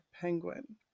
penguin